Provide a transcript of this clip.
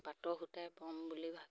পাটৰ সূতাই ব'ম বুলি ভাবিছোঁ